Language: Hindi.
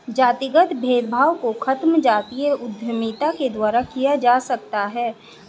जातिगत भेदभाव को खत्म जातीय उद्यमिता के द्वारा किया जा सकता है